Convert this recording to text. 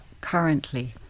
currently